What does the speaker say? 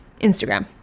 Instagram